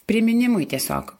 priminimui tiesiog